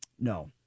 No